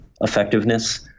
effectiveness